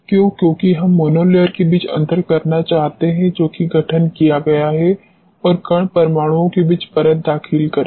क्यों क्योंकि हम मोनोलेयर के बीच अंतर करना चाहते हैं जो कि गठन किया गया है और कण परमाणुओं के बीच परत दाखिल करें